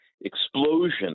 explosion